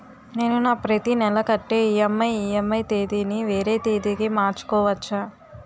నేను నా ప్రతి నెల కట్టే ఈ.ఎం.ఐ ఈ.ఎం.ఐ తేదీ ని వేరే తేదీ కి మార్చుకోవచ్చా?